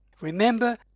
Remember